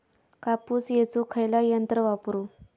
कापूस येचुक खयला यंत्र वापरू?